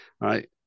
right